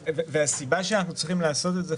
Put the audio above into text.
הסיבה שאנחנו צריכים לעשות את זה,